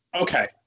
Okay